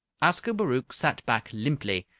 ascobaruch sat back limply,